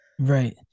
Right